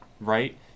Right